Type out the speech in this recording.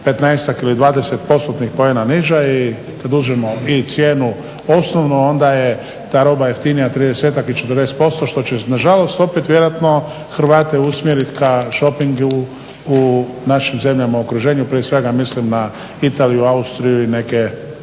ili 20%-tnih poena niža i produžujemo i cijenu osnovnu i onda je ta roba jeftinija 30-tak i 40% što će nažalost opet vjerojatno Hrvate usmjerit ka shopingu u našim zemljama u okruženju, prije svega mislim na Italiju, Austriju i neke